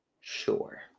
Sure